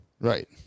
right